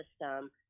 system